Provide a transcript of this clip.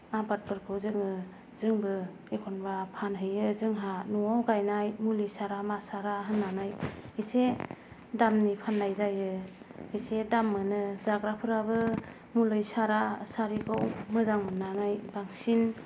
आबादफोरखौ जोङो जोंबो एखनब्ला फानहैयो जोंहा न'आव गायनाय मुलि सारा मा सारा होननानै एसे दामनि फाननाय जायो एसे दाम मोनो जाग्राफोराबो मुलै सारा मा सारैखौ मोजां मोननानै बांसिन